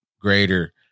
greater